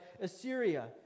Assyria